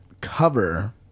cover